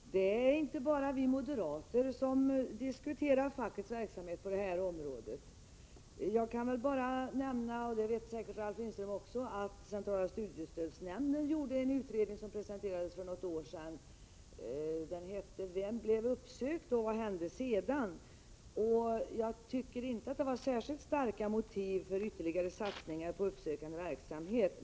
Herr talman! Det är inte bara vi moderater som diskuterar fackets verksamhet på det här området. Jag kan t.ex. nämna, och det vet säkert också Ralf Lindström, att centrala studiestödsnämnden gjort en utredning som presenterades för något år sedan och som hade rubriken Vem blev uppsökt och vad hände sedan? Jag tycker inte att det i den utredningen framkom särskilt starka motiv för ytterligare satsningar på uppsökande verksamhet.